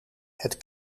het